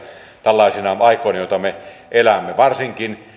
tällaisina aikoina joita me elämme varsinkin